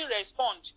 respond